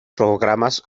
programas